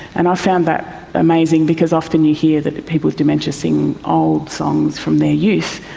and i found that amazing because often you hear that people with dementia sing old songs from their youth,